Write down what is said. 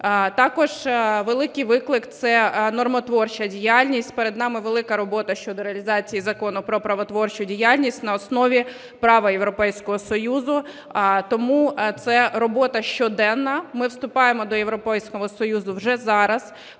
Також великий виклик – це нормотворча діяльність. Перед нами велика робота щодо реалізації Закону "Про правотворчу діяльність" на основі права Європейського Союзу. Тому це робота щоденна, ми вступаємо до Європейського Союзу вже зараз.